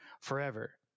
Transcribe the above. forever